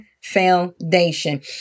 foundation